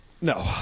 No